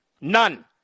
None